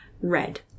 red